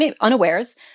unawares